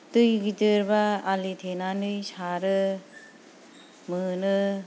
दै गिदिर बा आलि थेनानै सारो मोनो